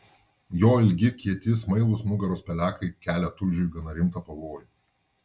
jo ilgi kieti smailūs nugaros pelekai kelia tulžiui gana rimtą pavojų